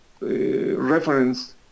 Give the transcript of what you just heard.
reference